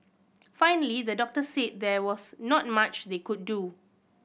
finally the doctors said there was not much they could do